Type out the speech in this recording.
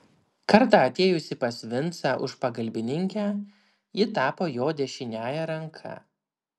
kartą atėjusi pas vincą už pagalbininkę ji tapo jo dešiniąja ranka